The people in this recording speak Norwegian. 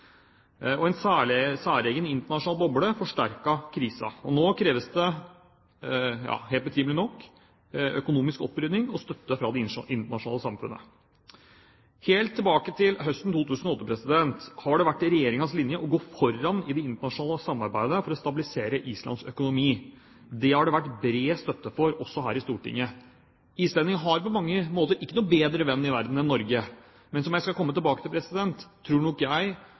En særegen innenlandsk boble forsterket krisen. Nå kreves det – betimelig nok – økonomisk opprydning og støtte fra det internasjonale samfunnet. Helt siden høsten 2008 har det vært Regjeringens linje å gå foran i det internasjonale samarbeidet for å stabilisere Islands økonomi. Det har det vært bred støtte for også her i Stortinget. Islendingene har på mange måter ingen bedre venn i verden enn Norge, men som jeg skal komme tilbake til, tror nok jeg